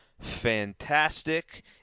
fantastic